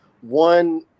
one